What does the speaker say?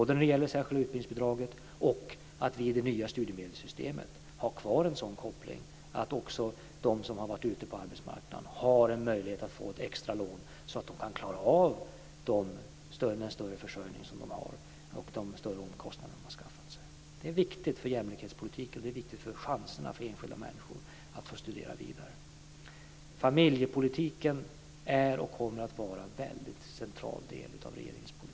Det gäller både det särskilda utbildningsbidraget och att vi i det nya studiemedelssystemet har kvar en sådan här koppling som gör att också de som har varit ute på arbetsmarknaden har en möjlighet att få ett extra lån så att de kan klara av den större försörjning som de har och de högre omkostnader som de har skaffat sig. Det är viktigt för jämlikhetspolitiken, och det är viktigt för chanserna för enskilda människor att få studera vidare. Familjepolitiken är och kommer att vara en central del av regeringens politik.